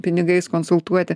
pinigais konsultuoti